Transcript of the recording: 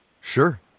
Sure